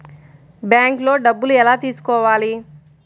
బ్యాంక్లో డబ్బులు ఎలా తీసుకోవాలి?